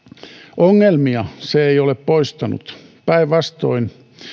ongelmia se ei ole poistanut päinvastoin